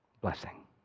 blessing